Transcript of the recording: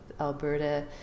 Alberta